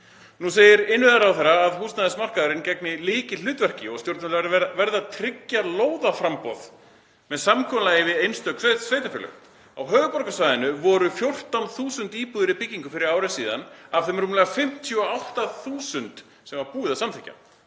Nú segir iðnviðaráðherra að húsnæðismarkaðurinn gegni lykilhlutverki og stjórnvöld verði að tryggja lóðaframboð með samkomulagi við einstök sveitarfélög. Á höfuðborgarsvæðinu voru 14.000 íbúðir í byggingu fyrir ári síðan af þeim rúmlega 58.000 sem var búið að samþykkja.